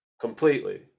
completely